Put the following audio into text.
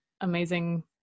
amazing